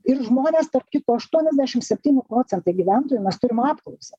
ir žmonės tarp kito aštuoniasdešim septyni procentai gyventojų mes turim apklausą